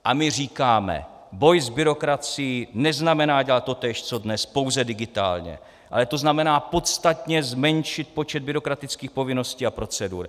A my říkáme: Boj s byrokracií neznamená dělat totéž co dnes, pouze digitálně, ale to znamená podstatně zmenšit počet byrokratických povinností a procedur.